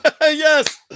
Yes